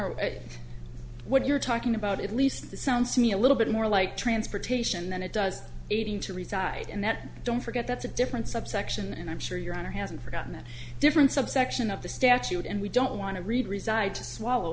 honor what you're talking about at least this sounds to me a little bit more like transportation than it does a t m to reside in that don't forget that's a different subsection and i'm sure your honor hasn't forgotten that different subsection of the statute and we don't want to read reside to swallow